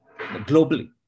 globally